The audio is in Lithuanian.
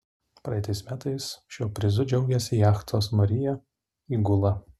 praeitais metais šiuo prizu džiaugėsi jachtos maria įgula